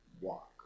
walk